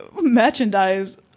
merchandise